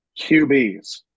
QBs